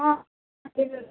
ହଁ ହେଇଗଲା